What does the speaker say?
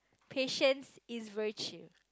patience is virtue